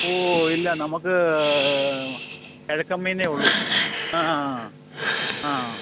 ഓ ഇല്ല നമുക്ക് കിഴക്കൻ മീനേ ഉള്ളു ആ ആ